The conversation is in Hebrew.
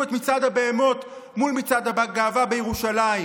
את מצעד הבהמות מול מצעד הגאווה בירושלים,